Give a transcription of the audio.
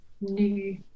new